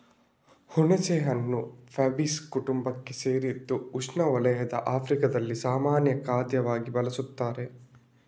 ಹುಣಸೆಹಣ್ಣು ಫ್ಯಾಬೇಸೀ ಕುಟುಂಬಕ್ಕೆ ಸೇರಿದ್ದು ಉಷ್ಣವಲಯದ ಆಫ್ರಿಕಾದಲ್ಲಿ ಸಾಮಾನ್ಯ ಖಾದ್ಯವಾಗಿ ಬಳಸುತ್ತಾರೆ